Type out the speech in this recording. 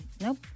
Nope